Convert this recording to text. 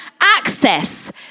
access